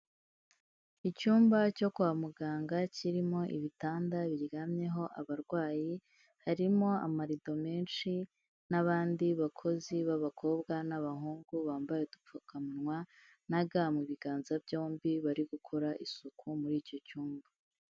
Icyumba cyo kwa muganga kirimo ibitanda biryamyeho abarwayi harimo amarido menshi n'abandi bakozi b'abakobwa n'abahungu bambaye udupfukamuwa na ga mu biganza byombi bari gukora isuku muri icyo cyumba.